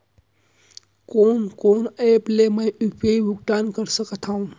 कोन कोन एप ले मैं यू.पी.आई भुगतान कर सकत हओं?